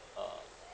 a'ah